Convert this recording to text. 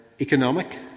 economic